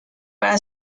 para